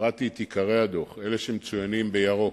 קראתי את עיקרי הדוח, אלה שמצוינים בירוק.